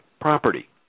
property